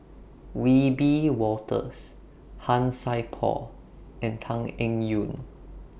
Wiebe Wolters Han Sai Por and Tan Eng Yoon